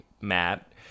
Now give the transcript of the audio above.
Matt